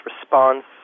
response